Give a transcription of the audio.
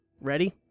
Ready